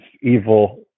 evil